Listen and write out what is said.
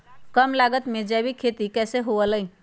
कम लागत में जैविक खेती कैसे हुआ लाई?